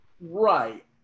Right